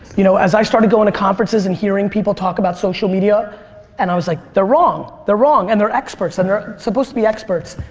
you know as i started going to conferences and hearing people talk about social media and i was like they're wrong. they're wrong and they're experts and they're supposed to be experts.